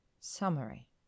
Summary